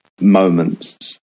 moments